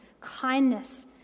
kindness